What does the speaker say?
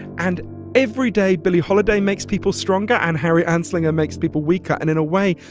and every day, billie holiday makes people stronger, and harry anslinger makes people weaker. and in a way,